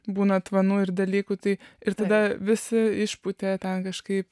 būna tvanų ir dalykų tai ir tada visi išpūtė ten kažkaip